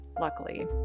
luckily